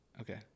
Okay